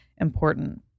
important